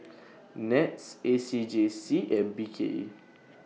Nets A C J C and B K E